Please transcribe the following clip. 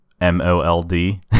M-O-L-D